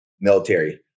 military